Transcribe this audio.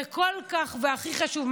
והכי חשוב,